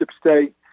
State